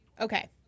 Okay